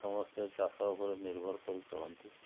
ସମସ୍ତେ ଚାଷ ଉପରେ ନିର୍ଭର କରି ଚଳନ୍ତି